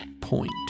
Point